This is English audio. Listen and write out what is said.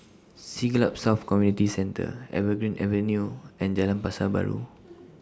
Siglap South Community Centre Evergreen Avenue and Jalan Pasar Baru